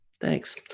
thanks